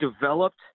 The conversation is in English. developed